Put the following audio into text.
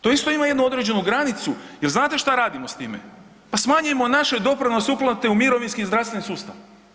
To isto ima jednu određenu granicu jer znate šta radimo s time, pa smanjujemo naše doprinose i uplate u mirovinski i zdravstveni sustav.